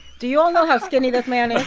do you all know how skinny this man is?